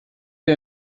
sie